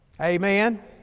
Amen